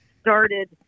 started